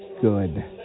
good